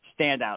standout